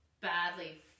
badly